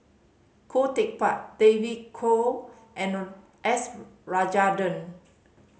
Khoo Teck Puat David Kwo and S Rajendran